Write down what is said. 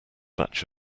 batch